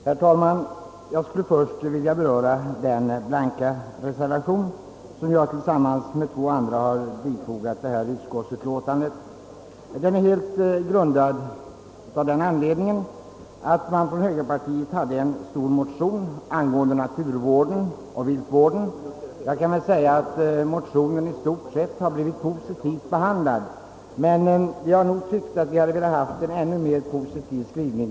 Herr talman! Jag skulle först vilja beröra den blanka reservation, som jag tillsammans med två andra utskottsledamöter har fogat till detta utlåtande. Anledningen till denna blanka reservation är att trots att högerns stora motion angående naturvården och viltvården blivit i stort sett välvilligt behandlad av utskottet, hade vi önskat en ännu mer positiv skrivning.